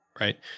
Right